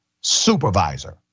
supervisor